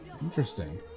Interesting